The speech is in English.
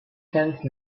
sense